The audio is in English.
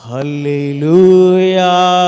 Hallelujah